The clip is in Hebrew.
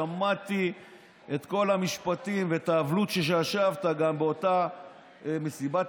שמעתי את כל המשפטים ואת ההבלות כשישבת באותה מסיבת